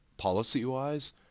Policy-wise